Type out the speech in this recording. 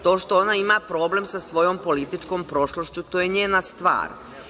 To što ona ima problem sa svojom političkom prošlošću, to je njena stvar.